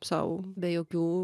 sau be jokių